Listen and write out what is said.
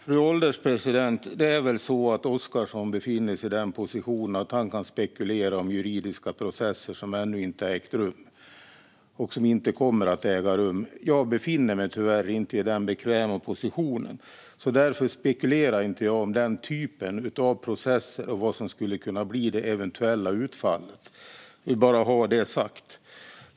Fru ålderspresident! Det är väl så att Oscarsson befinner sig i den positionen att han kan spekulera om juridiska processer som inte har ägt rum och som inte kommer att äga rum. Jag befinner mig tyvärr inte i den bekväma positionen. Därför spekulerar inte jag om den typen av process eller vad som skulle kunna bli det eventuella utfallet. Jag vill bara ha det sagt.